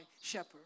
shepherd